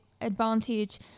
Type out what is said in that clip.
advantage